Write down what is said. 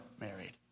married